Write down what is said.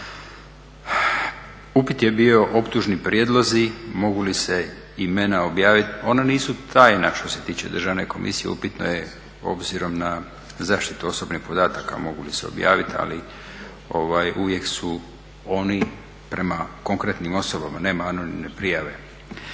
Upit je bio optužni prijedlozi mogu li se imena objaviti. Ona nisu tajna što se tiče Državne komisije, upitno je obzirom na zaštitu osobnih podataka mogu li se objaviti. Ali uvijek su oni prema konkretnim osobama, nema anonimne prijave.